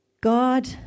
God